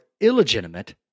illegitimate